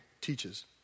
teaches